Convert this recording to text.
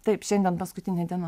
taip šiandien paskutinė diena